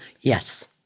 Yes